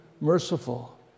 merciful